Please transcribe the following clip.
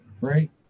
right